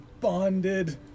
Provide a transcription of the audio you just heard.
bonded